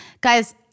guys